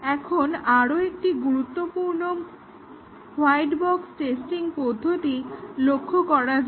এখন আরো একটি গুরুত্বপূর্ণ হোয়াইট বক্স টেস্টিং পদ্ধতি লক্ষ্য করা যাক